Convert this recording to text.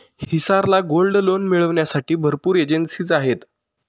हिसार ला gold loan मिळविण्यासाठी भरपूर एजेंसीज आहेत